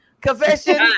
confession